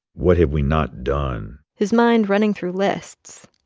what had we not done. his mind running through lists,